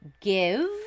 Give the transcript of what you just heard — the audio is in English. give